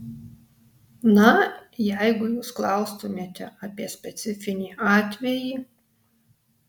na jeigu jūs klaustumėte apie specifinį atvejį